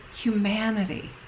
humanity